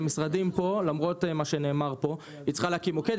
כאן משרדים למרות מה שנאמר היא צריכה להקים אותו,